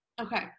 Okay